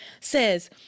says